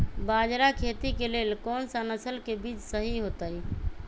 बाजरा खेती के लेल कोन सा नसल के बीज सही होतइ?